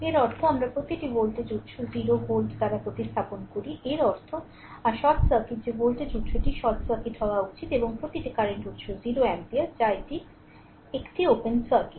এর অর্থ আমরা প্রতিটি ভোল্টেজ উত্স 0 ভোল্ট দ্বারা প্রতিস্থাপন করি এর অর্থ আর শর্ট সার্কিট যে ভোল্টেজ উত্সটি শর্ট সার্কিট হওয়া উচিত এবং প্রতিটি কারেন্ট উত্স 0 এম্পিয়ার যা এটি একটি ওপেন সার্কিট